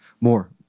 more